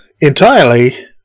entirely